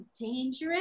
dangerous